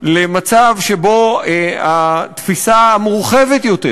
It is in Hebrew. למצב שבו התפיסה המורחבת יותר